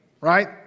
right